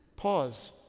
Pause